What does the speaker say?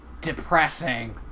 depressing